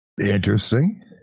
Interesting